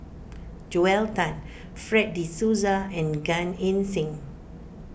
Joel Tan Fred De Souza and Gan Eng Seng